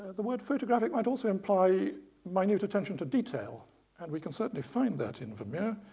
the word photographic might also imply minute attention to detail and we can certainly find that in vermeer.